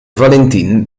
valentine